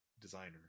designer